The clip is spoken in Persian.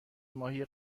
ماهی